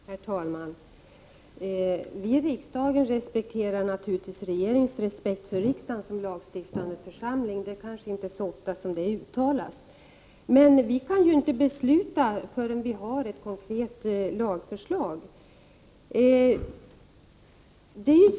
Herr talman! Vii riksdagen uppskattar naturligtvis regeringens respekt för riksdagen som lagstiftande församling — det är kanske inte så ofta som den respekten uttalas — men vi kan inte besluta förrän vi har ett konkret lagförslag.